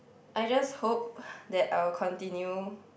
I just hope that I will continue